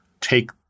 Take